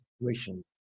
situation